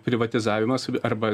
privatizavimas arba